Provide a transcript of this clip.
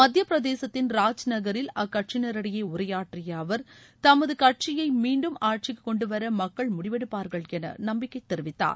மத்திய பிரதேசத்தின் ராஜ் நகரில் அக்கட்சியினரிடையே உரையாற்றிய அவர் தமது கட்சியை மீண்டும் ஆட்சிக்கு கொண்டு வர மக்கள் முடிவெடுப்பார்கள் என நம்பிக்கை தெரிவித்தார்